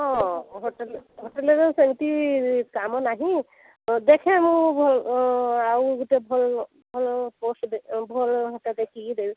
ହଁ ହୋଟେଲ ହୋଟେଲରେ ସେମିତି କାମ ନାହିଁ ଦେଖେ ମୁଁ ଆଉ ଗୋଟେ ଭଲ ଭଲ ପୋଷ୍ଟ ଭଲ ଦେଖିକି ଦେବି